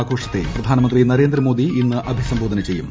ആഘോഷത്തെ പ്രധാനമന്ത്രി നരേന്ദ്ര മോദി ഇന്ന് അഭിസംബോധന ചെയ്യും